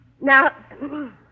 Now